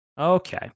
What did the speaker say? Okay